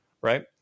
right